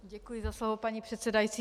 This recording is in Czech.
Děkuji za slovo, paní předsedající.